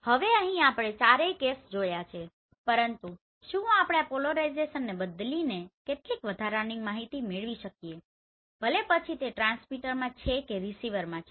હવે અહીં આપણે ચારેય કેસો જોયા છે પરંતુ શું આપણે આ પોલરાઇઝેશનને બદલીને કેટલીક વધારાની માહિતી મેળવી શકીએ ભલે પછી તે ટ્રાન્સમીટરમાં છે કે રીસીવરમાં છે